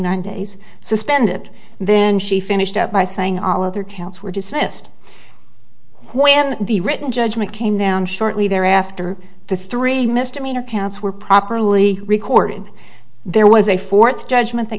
nine days suspended then she finished up by saying all other counts were dismissed when the written judgment came down shortly thereafter the three misdemeanor counts were properly recorded there was a fourth judgment